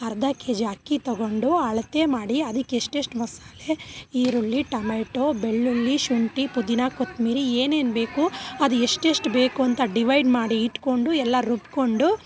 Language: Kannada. ಅರ್ಧ ಕೆಜಿ ಅಕ್ಕಿ ತೊಗೊಂಡು ಅಳತೆ ಮಾಡಿ ಅದಕ್ಕೆ ಎಷ್ಟೆಷ್ಟು ಮಸಾಲೆ ಈರುಳ್ಳಿ ಟಮ್ಯಾಟೋ ಬೆಳ್ಳುಳ್ಳಿ ಶುಂಠಿ ಪುದೀನ ಕೊತ್ಮೀರಿ ಏನೇನುಬೇಕು ಅದು ಎಷ್ಟೆಷ್ಟು ಬೇಕು ಅಂತ ಡಿವೈಡ್ ಮಾಡಿ ಇಟ್ಕೊಂಡು ಎಲ್ಲ ರುಬ್ಕೊಂಡು